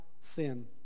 sin